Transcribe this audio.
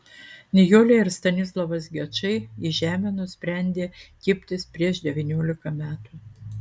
nijolė ir stanislovas gečai į žemę nusprendė kibtis prieš devyniolika metų